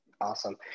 Awesome